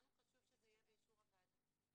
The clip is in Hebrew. לנו חשוב שזה יהיה באישור הוועדה.